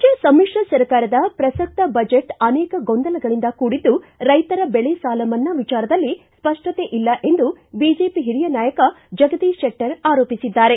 ರಾಜ್ಜ ಸಮಿಶ್ರ ಸರ್ಕಾರದ ಪ್ರಸಕ್ತ ಬಜೆಟ್ ಅನೇಕ ಗೊಂದಲಗಳಿಂದ ಕೂಡಿದ್ದು ರೈತರ ಬೆಳೆ ಸಾಲ ಮನ್ನಾ ವಿಚಾರದಲ್ಲಿ ಸ್ಪಷ್ಟತೆ ಇಲ್ಲಿ ಎಂದು ಬಿಜೆಪಿ ಹಿರಿಯ ನಾಯಕ ಜಗದೀಶ್ ಶೆಟ್ಟರ್ ಆರೋಪಿಸಿದ್ದಾರೆ